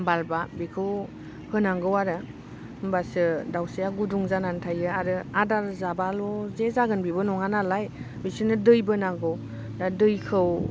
बाल्बआ बेखौ होनांगौ आरो होमबासो दाउसाया गुदुं जानानै थायो आरो आदार जाबाल' जे जागोन बेबो नङा नालाय बिसोरनो दैबो नांगौ दा दैखौ